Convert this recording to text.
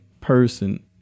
person